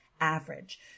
average